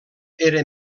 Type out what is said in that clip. era